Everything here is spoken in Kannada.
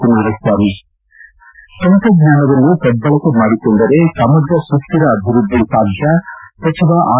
ಕುಮಾರಸ್ನಾಮಿ ತಂತ್ರಜ್ಞಾನವನ್ನು ಸದ್ದಳಕೆ ಮಾಡಿಕೊಂಡರೆ ಸಮಗ್ರ ಸುಸ್ತಿರ ಅಭಿವೃದ್ದಿ ಸಾಧ್ಯ ಸಚಿವ ಆರ್